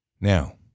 Now